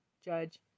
judge